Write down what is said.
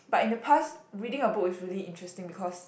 but in the past reading a book is really interesting because